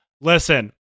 listen